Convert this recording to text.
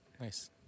Nice